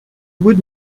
would